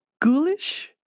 Ghoulish